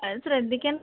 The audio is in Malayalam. അത് ശ്രദ്ധിക്കണം